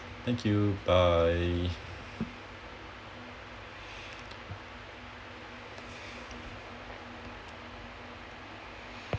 thank you bye